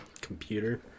computer